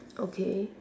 okay